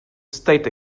state